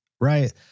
right